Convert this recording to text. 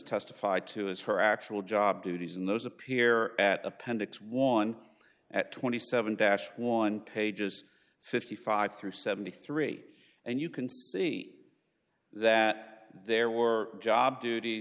testified to is her actual job duties and those appear at appendix one at twenty seven dash one pages fifty five through seventy three and you can see that there were job dut